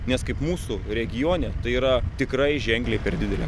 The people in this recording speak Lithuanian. nes kaip mūsų regione tai yra tikrai ženkliai per didelė